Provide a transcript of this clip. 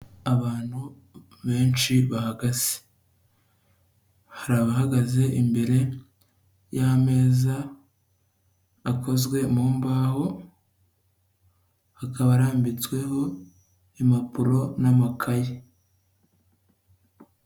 Abantu benshi bahagaze, hari abahagaze imbere y'ameza akozwe mu mbaho, akaba arambitsweho impapuro n'amakayi.